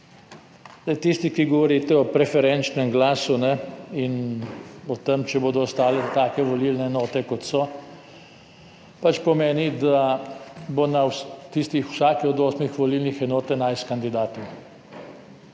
tisti, ki govorite o preferenčnem glasu in o tem, če bodo ostale take volilne enote, kot so, pomeni, da bo na tisti vsaki od osmih volilnih enot 11 kandidatov.